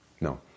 No